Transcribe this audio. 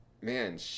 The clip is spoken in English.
man